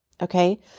Okay